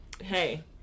Hey